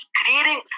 creating